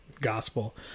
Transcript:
gospel